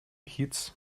kiez